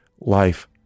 life